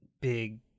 big